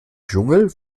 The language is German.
dschungel